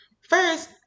First